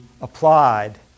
applied